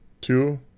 Two